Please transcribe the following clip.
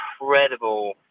incredible